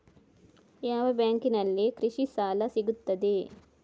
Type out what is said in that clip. ಯಾವ ಯಾವ ಬ್ಯಾಂಕಿನಲ್ಲಿ ಕೃಷಿ ಸಾಲ ಸಿಗುತ್ತದೆ?